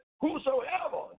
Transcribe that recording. whosoever